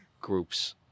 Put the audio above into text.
groups